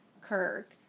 kirk